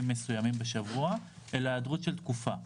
מסוימים בשבוע אלא היעדרות של תקופה.